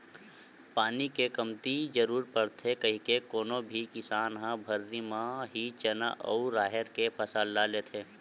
पानी के कमती जरुरत पड़थे कहिके कोनो भी किसान ह भर्री म ही चना अउ राहेर के फसल ल लेथे